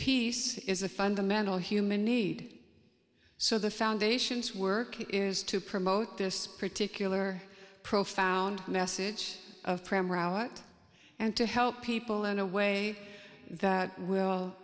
peace is a fundamental human need so the foundation's work is to promote this particular profound message and to help people in a way that will